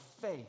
faith